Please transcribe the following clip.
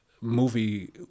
movie